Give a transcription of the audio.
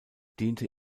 diente